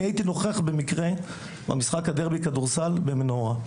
אני הייתי נוכח במקרה משחק הדרבי כדורסל במנורה.